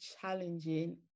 challenging